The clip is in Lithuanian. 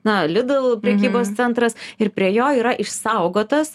na lidl prekybos centras ir prie jo yra išsaugotas